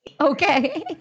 Okay